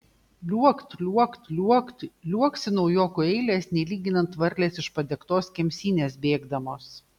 liuokt liuokt liuokt liuoksi naujokų eilės nelyginant varlės iš padegtos kemsynės bėgdamos